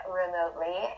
remotely